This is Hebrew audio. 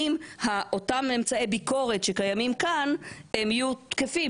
האם אותם אמצעי ביקורת שקיימים כאן יהיו תקפים?